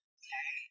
okay